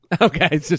Okay